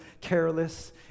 careless